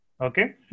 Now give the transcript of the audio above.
Okay